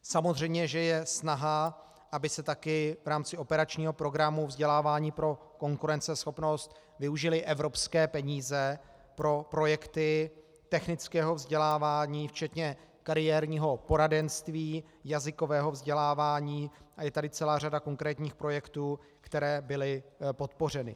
Samozřejmě že je snaha, aby se taky v rámci operačního programu Vzdělávání pro konkurenceschopnost využily evropské peníze pro projekty technického vzdělávání včetně kariérního poradenství, jazykového vzdělávání, a je tady celá řada konkrétních projektů, které byly podpořeny.